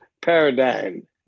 Paradigm